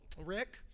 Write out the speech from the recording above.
Rick